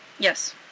Yes